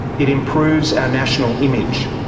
it improves our national image.